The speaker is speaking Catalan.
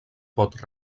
pot